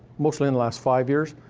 mostly in the last five years.